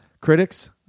critics